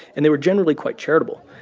and they were generally quite charitable.